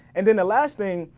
and then the last thing,